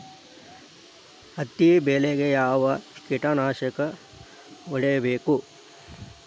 ಹತ್ತಿ ಬೆಳೇಗ್ ಯಾವ್ ಕೇಟನಾಶಕ ಹೋಡಿಬೇಕು?